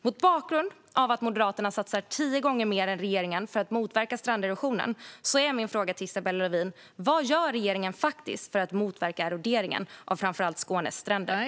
Mot bakgrund av att Moderaterna satsar tio gånger mer än regeringen för att motverka stranderosionen är min fråga till Isabella Lövin: Vad gör regeringen, faktiskt, för att motverka eroderingen av framför allt Skånes stränder?